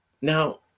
Now